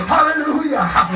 Hallelujah